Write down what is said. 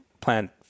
plant